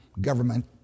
government